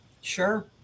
Sure